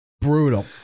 brutal